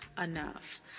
enough